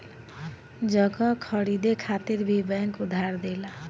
जगह खरीदे खातिर भी बैंक उधार देला